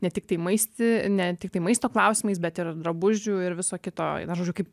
ne tiktai maist net tiktai maisto klausimais bet ir drabužių ir viso kito žodžiu kaip